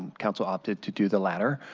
counsel opted to do the latter.